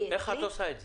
איך את עושה את זה?